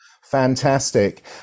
Fantastic